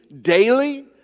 daily